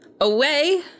away